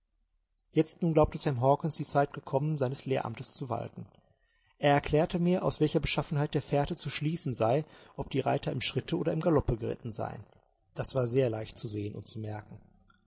jetzt nun glaubte sam hawkens die zeit gekommen seines lehramtes zu walten er erklärte mir aus welcher beschaffenheit der fährte zu schließen sei ob die reiter im schritte oder im galoppe geritten seien das war sehr leicht zu sehen und zu merken